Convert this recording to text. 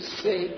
say